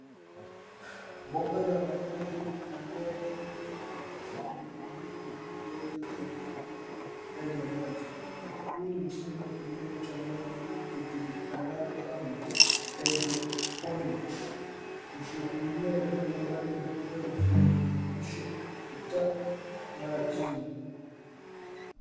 Mboga za majani zinamea juu ya karatasi nyeupe huku mizizi yake ikining'inia ndani ya maji. Huu ni mfumo wa kilimo cha maji ujulikanao kama hydroponics usiotumia udongo bali hutoa virutubisho kupita majini.